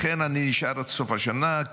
לכן אני נשאר עד סוף השנה,